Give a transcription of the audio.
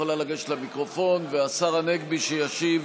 את יכולה לגשת למיקרופון והשר הנגבי שישיב